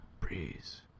Breeze